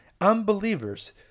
unbelievers